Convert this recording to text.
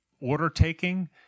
order-taking